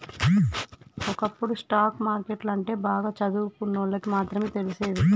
ఒకప్పుడు stock market అంటే బాగా చదువుకున్నోళ్ళకి మాత్రమే తెలిసేది